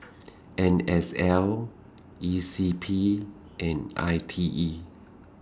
N S L E C P and I T E